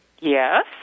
Yes